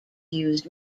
used